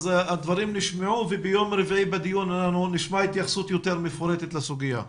הדברים נשמעו וביום רביעי בדיון נשמע התייחסות יותר מפורטת לסוגיה.